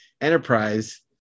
enterprise